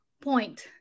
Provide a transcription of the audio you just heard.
point